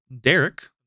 Derek